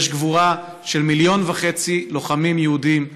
יש גבורה של מיליון וחצי לוחמים יהודים,